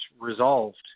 resolved